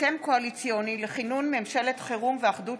הסכם קואליציוני לכינון ממשלת חירום ואחדות